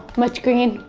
much green,